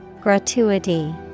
Gratuity